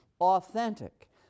authentic